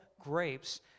grapes